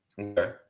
Okay